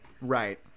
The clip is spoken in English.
Right